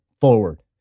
forward